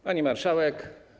Pani Marszałek!